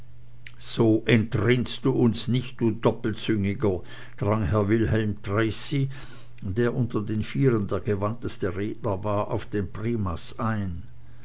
so entrinnst du uns nicht du doppelzüngiger drang herr wilhelm tracy der unter den vieren der gewandteste redner war auf den primas ein